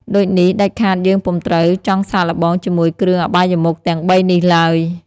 ដូចនេះ ដាច់ខាតយើងពុំត្រូវចង់សាកល្បងជាមួយគ្រឿអបាយមុខទាំងបីនេះឡើយ ។